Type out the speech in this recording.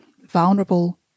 vulnerable